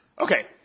Okay